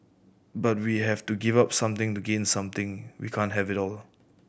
but we have to give up something to gain something we can't have it all